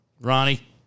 Ronnie